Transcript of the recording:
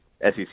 SEC